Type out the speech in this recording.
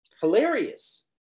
hilarious